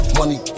money